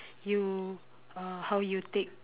you uh how you take